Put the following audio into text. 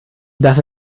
das